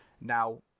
now